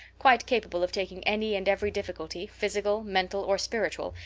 quite capable of taking any and every difficulty, physical, mental or spiritual,